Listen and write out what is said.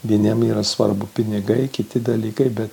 vieniem yra svarbu pinigai kiti dalykai bet